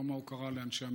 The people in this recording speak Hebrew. יום ההוקרה לאנשי המילואים.